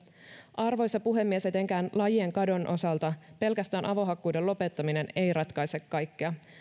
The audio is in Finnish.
arvoisa puhemies etenkään lajien kadon osalta pelkästään avohakkuiden lopettaminen ei ratkaise kaikkea